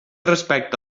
respecte